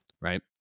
Right